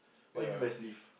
what you mean by sleeve